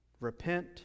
Repent